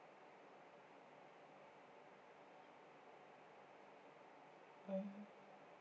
mm